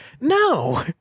no